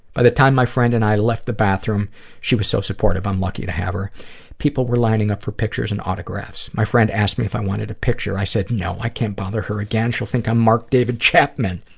by the time my friend and i left the bathroom she was so supportive, i'm lucky to have her people were lining up for pictures and autographs. my friend asked me if i wanted a picture. i said, no, i can't bother her again. she'll think i'm mark david chapman.